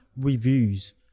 reviews